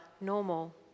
normal